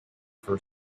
for